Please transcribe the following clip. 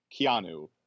Keanu